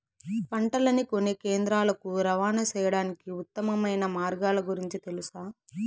పంటలని కొనే కేంద్రాలు కు రవాణా సేయడానికి ఉత్తమమైన మార్గాల గురించి తెలుసా?